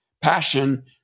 Passion